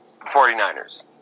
49ers